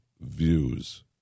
views